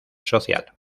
social